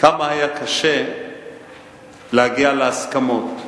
כמה היה קשה להגיע להסכמות.